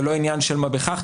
זה לא עניין של מה בכך,